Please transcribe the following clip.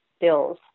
bills